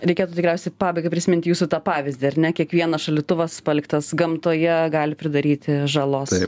reikėtų tikriausiai pabaigai prisimint jūsų tą pavyzdį ar ne kiekvienas šaldytuvas paliktas gamtoje gali pridaryti žalos